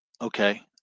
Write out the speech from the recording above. okay